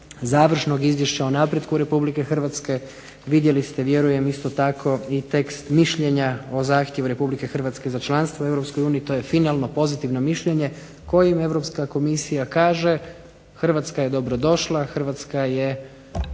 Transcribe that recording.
završnog izvješća o napretku Republike Hrvatske, vidjeli ste vjerujem isto tako i tekst mišljenja o zahtjevu Republike Hrvatske za članstvo u Europskoj uniji. To je finalno, pozitivno mišljenje kojim Europska Komisija kaže Hrvatska je dobrodošla, Hrvatska je